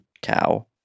cow